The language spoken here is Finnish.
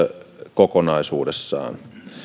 kokonaisuudessaan